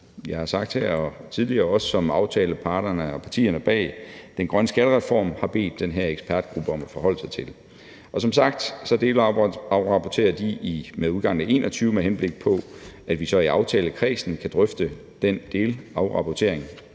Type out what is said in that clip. jeg har sagt her og tidligere også, som aftaleparterne og partierne bag den grønne skattereform har bedt den her ekspertgruppe om at forholde sig til. Som sagt delafrapporterer de med udgangen af 2021, med henblik på at vi så i aftalekredsen kan drøfte den delafrapportering